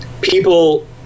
people